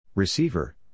Receiver